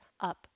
up